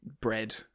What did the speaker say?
bread